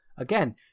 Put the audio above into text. Again